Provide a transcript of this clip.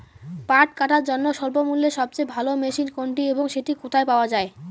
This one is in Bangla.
পাট কাটার জন্য স্বল্পমূল্যে সবচেয়ে ভালো মেশিন কোনটি এবং সেটি কোথায় পাওয়া য়ায়?